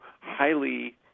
highly